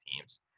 teams